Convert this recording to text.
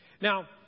Now